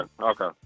okay